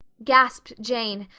gasped jane,